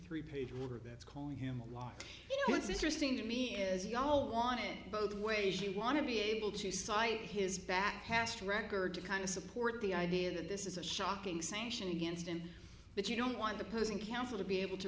three page order that's calling him a liar you know what's interesting to me is y'all on it both ways you want to be able to cite his back past record to kind of support the idea that this is a shocking sanction against him but you don't want opposing counsel to be able to